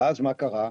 ומה קרה?